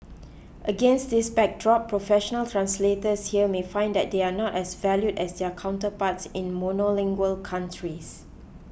against this backdrop professional translators here may find that they are not as valued as their counterparts in monolingual countries